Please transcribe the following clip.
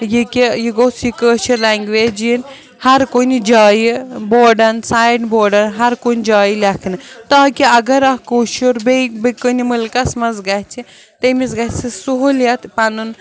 یہِ کہِ یہِ گوٚژھ یہِ کٲشِر لَنٛگویج یِنۍ ہر کُنہِ جایہِ بورڈَن سایِن بورڈَن ہر کُنہِ جایہِ لٮ۪کھنہٕ تاکہِ اگر اَکھ کٲشُر بیٚیہِ بیٚیہِ کُنہِ مُلکَس منٛز گژھِ تٔمِس گژھِ سہوٗلیت پَنُن